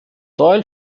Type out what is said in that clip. doyle